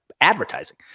advertising